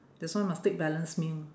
that's why must take balance meal